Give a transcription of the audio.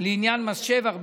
לעניין מס שבח,